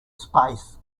space